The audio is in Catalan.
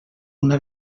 una